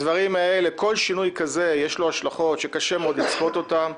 לכל שינוי כזה יש השלכות שקשה מאוד לצפות אותן,